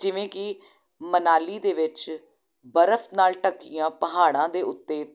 ਜਿਵੇਂ ਕਿ ਮਨਾਲੀ ਦੇ ਵਿੱਚ ਬਰਫ ਨਾਲ ਢੱਕੀਆਂ ਪਹਾੜਾਂ ਦੇ ਉੱਤੇ